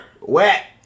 Wet